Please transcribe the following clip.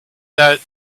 that